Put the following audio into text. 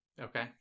Okay